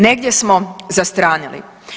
Negdje smo zastranili.